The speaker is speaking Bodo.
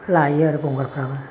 लायो आरो गंगारफ्राबो